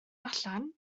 allan